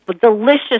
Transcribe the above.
delicious